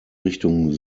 richtung